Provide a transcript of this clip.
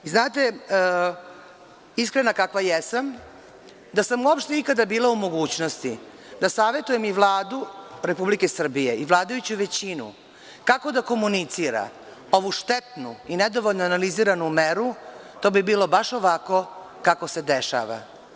Iskrena kakva jesam, da sam uopšte ikada bila u mogućnosti da savetujem i Vladu Republike Srbije i vladajuću većinu kako da komunicira ovu štetnu i nedovoljno analiziranu meru, to bi bilo baš ovako kako se dešava.